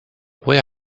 woher